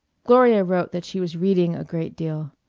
gloria wrote that she was reading a great deal.